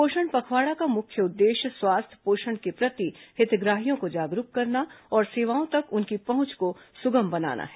पोषण पखवाड़ा का मुख्य उद्देश्य स्वास्थ्य पोषण के प्रति हितग्राहियों को जागरूक करना और सेवाओं तक उनकी पहुंच को सुगम बनाना है